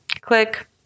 Click